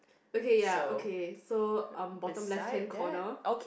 okay ya okay so um bottom left hand corner